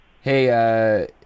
Hey